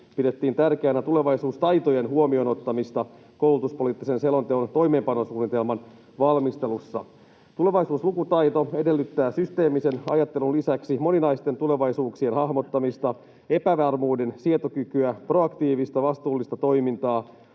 pidettiin tärkeänä tulevaisuustaitojen huomioon ottamista koulutuspoliittisen selonteon toimeenpanosuunnitelman valmistelussa: ”Tulevaisuuslukutaito edellyttää systeemisen ajattelun lisäksi moninaisten tulevaisuuksien hahmottamista; epävarmuuden sietokykyä, proaktiivista vastuullista toimintaa;